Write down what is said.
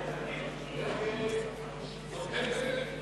40, אין נמנעים.